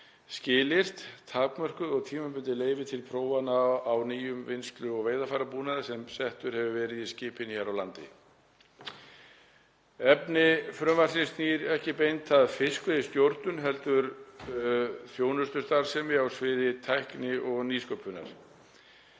skilyrt, takmörkuð og tímabundin leyfi til prófana á nýjum vinnslu- og veiðarfærabúnaði sem settur hefur verið í skipin hér á landi. Efni frumvarpsins snýr ekki beint að fiskveiðistjórn heldur þjónustustarfsemi á sviði tækni og nýsköpunar.